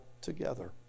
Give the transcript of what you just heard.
together